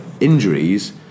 injuries